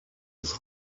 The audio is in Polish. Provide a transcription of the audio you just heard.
już